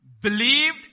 believed